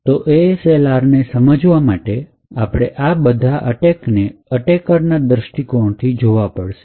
તો ASLR ને સમજવા માટે આપણે આ બધા અટકને એટેકરના દ્રષ્ટિકોણથી જોવા પડશે